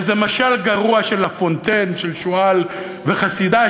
איזה משל גרוע של לה-פונטיין של שועל וחסידה,